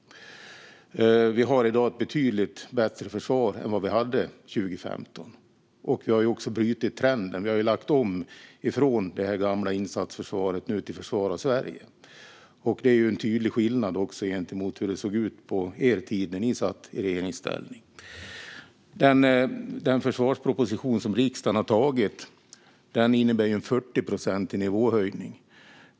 Vi har i dag ett betydligt bättre försvar än vad vi hade 2015. Vi har också brutit trenden och lagt om från det gamla insatsförsvaret till att nu försvara Sverige. Det är en tydlig skillnad också mot hur det såg ut på er tid, när ni satt i regeringsställning. Den försvarsproposition som riksdagen har beslutat om innebär en 40procentig nivåhöjning.